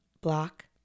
block